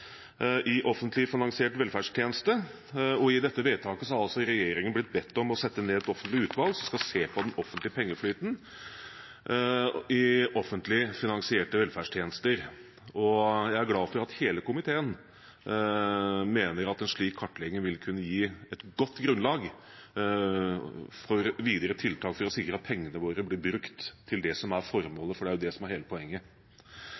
i offentlig finansiert velferdstjeneste. I det vedtaket ble regjeringen bedt om å sette ned et offentlig utvalg for å se på pengeflyten i offentlig finansierte velferdstjenester. Jeg er glad for at hele komiteen mener at en slik kartlegging vil kunne gi et godt grunnlag for videre tiltak for å sikre at pengene våre blir brukt til det som er formålet – for det er det som er hele poenget.